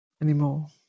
anymore